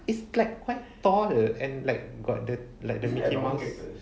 it's like quite tall and like got the mickey mouse